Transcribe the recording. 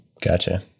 gotcha